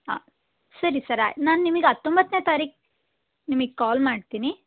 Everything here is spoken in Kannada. ಹಾಂ ಸರಿ ಸರ್ ಆಯ್ತು ನಾನು ನಿಮಗೆ ಹತ್ತೊಂಬತ್ತನೇ ತಾರೀಕು ನಿಮಗೆ ಕಾಲ್ ಮಾಡ್ತೀನಿ